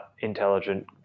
intelligent